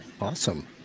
Awesome